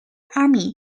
army